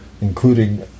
including